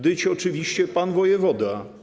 Dyć oczywiście pan wojewoda”